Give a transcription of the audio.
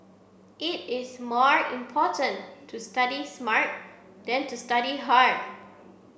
it is more important to study smart than to study hard